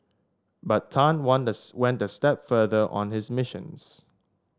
but Tan went a step further on his missions